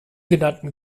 genannten